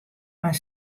mar